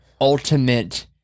ultimate